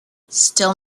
still